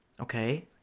okay